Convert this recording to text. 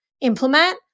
implement